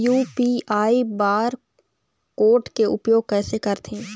UPI bar code के उपयोग कैसे करथें?